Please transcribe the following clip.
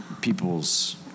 people's